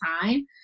time